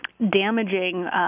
Damaging